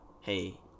hey